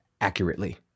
accurately